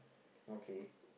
okay